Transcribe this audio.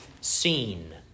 seen